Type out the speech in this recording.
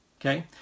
Okay